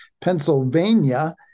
Pennsylvania